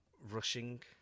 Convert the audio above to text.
rushing